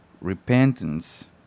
repentance